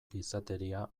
gizateria